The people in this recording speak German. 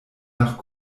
nach